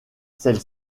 celle